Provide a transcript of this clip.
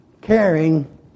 caring